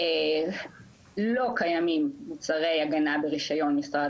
לא קיימים מוצרי הגנה ברישיון משרד